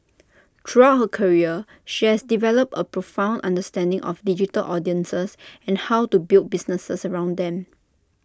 throughout her career she has developed A profound understanding of digital audiences and how to build businesses around them